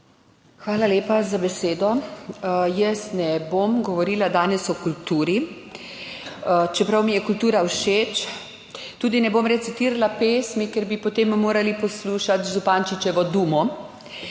Hvala lepa za besedo. Jaz ne bom govorila danes o kulturi, čeprav mi je kultura všeč, tudi ne bom recitirala pesmi, ker bi potem morali poslušati Zupančičevo Dumo,